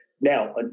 now